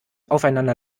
aufeinander